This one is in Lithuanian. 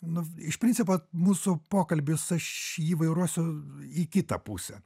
nu iš principo mūsų pokalbis aš jį vairuosiu į kitą pusę